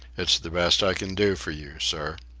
it's the best i can do for you, sir.